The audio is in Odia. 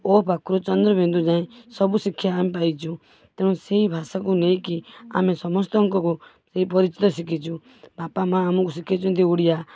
ଓ ପାଖରୁ ଚନ୍ଦ୍ର ବିନ୍ଦୁ ଯାଏଁ ସବୁ ଶିକ୍ଷା ଆମେ ପାଇଛୁ ତେଣୁ ସେଇ ଭାଷାକୁ ନେଇକି ଆମେ ସମସ୍ତଙ୍କୁ ସେଇ ପରିଚୟ ଶିଖିଛୁ ବାପାମାଆ ଆମକୁ ଶିଖାଇଛନ୍ତି ଓଡ଼ିଆ